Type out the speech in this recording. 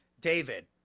David